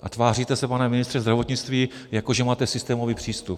A tváříte se, pane ministře zdravotnictví, jako že máte systémový přístup.